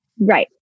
Right